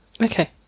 Okay